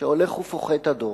שהולך ופוחת הדור,